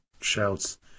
shouts